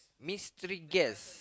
mystery guest